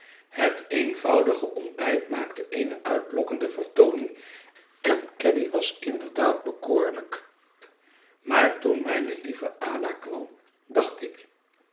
het eenvoudige ontbijt maakte eene uitlokkende vertooning en caddy was inderdaad bekoorlijk maar toen mijne lieve ada kwam dacht ik